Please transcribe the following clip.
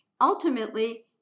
ultimately